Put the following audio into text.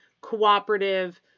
cooperative